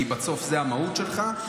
כי בסוף זה המהות שלך.